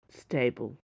Stable